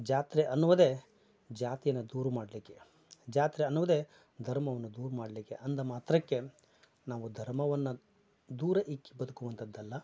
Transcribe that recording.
ಜಾತ್ರೆ ಅನ್ನೋದೇ ಜಾತಿನ ದೂರ ಮಾಡಲಿಕ್ಕೆ ಜಾತ್ರೆ ಅನ್ನೋದೇ ಧರ್ಮವನ್ನ ದೂರ ಮಾಡಲಿಕ್ಕೆ ಅಂದ ಮಾತ್ರಕ್ಕೆ ನಾವು ಧರ್ಮವನ್ನ ದೂರ ಇಕ್ಕಿ ಬದುಕುವಂಥದ್ದಲ್ಲ